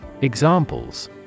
Examples